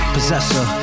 Possessor